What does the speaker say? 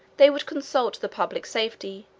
they would consult the public safety,